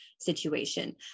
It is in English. situation